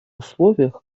условиях